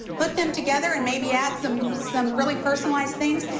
put them together and maybe add some some really personalized things,